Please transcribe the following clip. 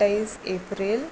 तेवीस एप्रील